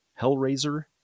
Hellraiser